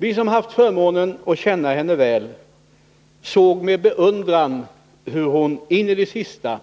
Vi som haft förmånen att känna henne väl såg med beundran hur hon in i det sista